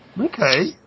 Okay